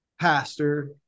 pastor